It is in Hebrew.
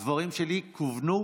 הדברים שלי כוונו